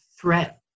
threat